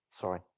Sorry